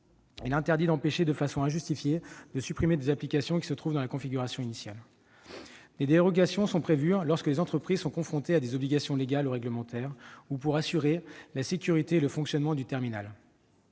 également d'empêcher de façon injustifiée de supprimer des applications qui se trouvent dans la configuration initiale. Des dérogations sont prévues lorsque les entreprises sont confrontées à des obligations légales ou réglementaires, ou pour assurer la sécurité et le fonctionnement du terminal.